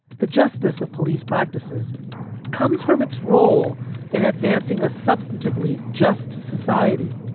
the justice of police practices comes from its role in advancing a substantively just society.